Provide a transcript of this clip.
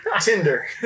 tinder